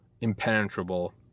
impenetrable